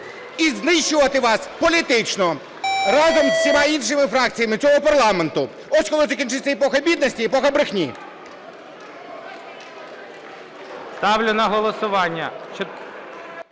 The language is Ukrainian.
і знищувати вас політично разом з усіма іншими фракціями цього парламенту. Ось, коли закінчиться епоха бідності і епоха брехні.